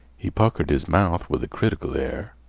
he puckered his mouth with a critical air.